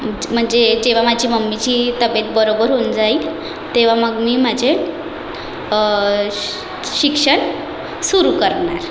म्हणजे जेव्हा माझी मम्मीची तब्येत बरोबर होऊन जाईल तेव्हा मग मी माझे शि शिक्षण सुरू करणार